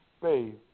Faith